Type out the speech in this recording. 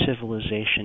civilization